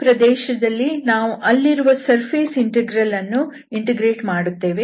ಈ ಪ್ರದೇಶದಲ್ಲಿ ನಾವು ಅಲ್ಲಿರುವ ಸರ್ಫೇಸ್ ಇಂಟೆಗ್ರಲ್ ಅನ್ನು ಇಂಟಿಗ್ರೇಟ್ ಮಾಡುತ್ತೇವೆ